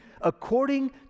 According